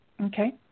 Okay